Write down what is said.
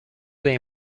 they